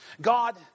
God